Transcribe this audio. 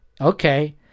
Okay